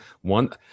one